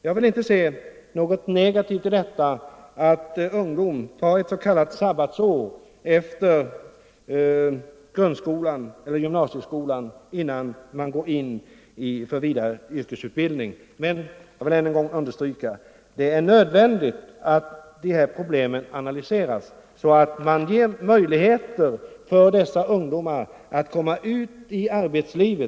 Jag vill inte se något negativt i att ungdomar tar ett s.k. sabbatsår efter grundskolan eller gymnasieskolan innan de går in för att skaffa sig yrkesutbildning, men det är nödvändigt att problemet analyseras och att dessa ungdomar får en möjlighet att komma ut i arbetslivet.